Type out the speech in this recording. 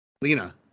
Lena